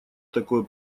такое